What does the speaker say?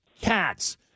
cats